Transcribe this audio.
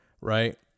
right